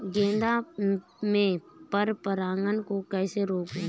गेंदा में पर परागन को कैसे रोकुं?